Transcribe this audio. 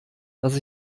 dass